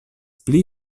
pli